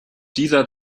dieser